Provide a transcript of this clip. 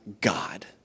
God